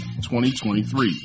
2023